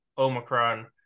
omicron